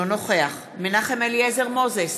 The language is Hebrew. אינו נוכח מנחם אליעזר מוזס,